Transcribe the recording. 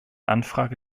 anfrage